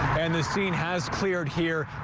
and the scene has cleared here.